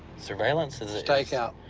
surveillance is a stakeout.